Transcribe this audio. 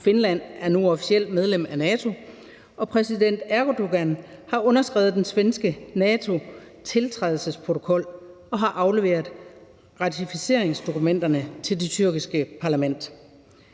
Finland er nu officielt medlem af NATO, og præsident Erdogan har underskrevet den svenske NATO-tiltrædelsesprotokol og afleveret ratificeringsdokumenterne til det tyrkiske parlament.